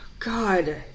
God